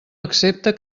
accepta